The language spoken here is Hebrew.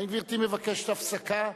האם גברתי מבקשת הפסקה?